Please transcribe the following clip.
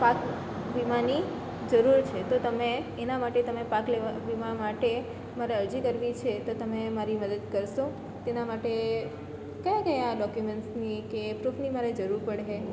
પાક વિમાની જરૂર છે તો તમે એના માટે તમે પાક લેવા વીમા માટે મારે અરજી કરવી છે તો તમે મારી મદદ કરશો તેના માટે કયા કયા ડોક્યુમેન્ટ્સની કે પ્રૂફની મારે જરૂર પડશે